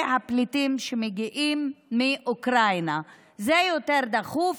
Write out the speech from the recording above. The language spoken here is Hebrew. הפליטים שמגיעים מאוקראינה, זה יותר דחוף.